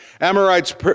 Amorites